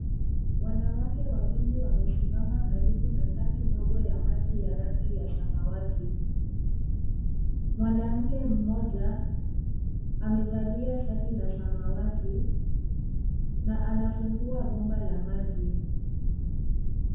Wanawake wawili wamesimama karibu na tanki ndogo ya maji ya rangi ya samawati. Mwanamke mmoja amevalia shati la samawati na anafungua bomba la maji.